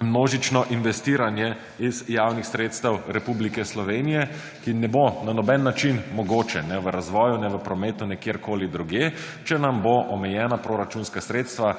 množično investiranje iz javnih sredstev Republike Slovenije, ki ne bo na noben način mogoče, ne v razvoju, ne v prometu, ne kjerkoli drugje, če nam bo omejena proračunska sredstva